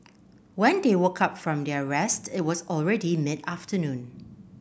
when they woke up from their rest it was already mid afternoon